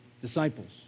disciples